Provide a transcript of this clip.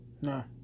No